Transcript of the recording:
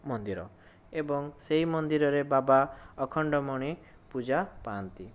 ମନ୍ଦିର ଏବଂ ସେହି ମନ୍ଦିରରେ ବାବା ଅଖଣ୍ଡମଣି ପୂଜାପାଆନ୍ତି